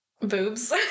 Boobs